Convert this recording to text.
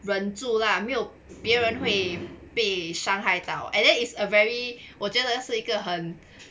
忍住 lah 没有别人会被伤害到 and then it's a very 我觉得是一个很